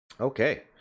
Okay